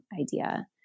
idea